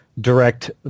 direct